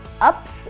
ups